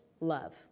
love